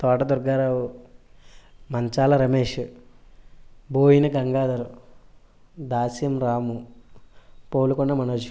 తోట దుర్గారావు మంచాల రమేషు బోయిన గంగాదర్ దాస్యం రాము పోనుకొండ మనోజ్